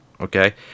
okay